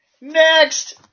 Next